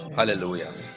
Hallelujah